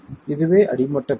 இதுவே அடிமட்டக் கோடு